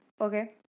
okay